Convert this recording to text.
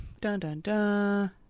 Dun-dun-dun